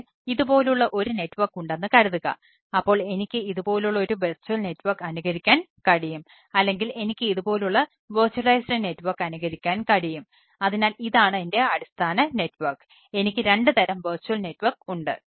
എനിക്ക് ഇതുപോലുള്ള ഒരു നെറ്റ്വർക്ക് ഉണ്ട്